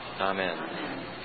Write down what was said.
Amen